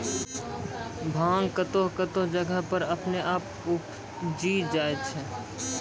भांग कतौह कतौह जगह पर अपने आप उपजी जाय छै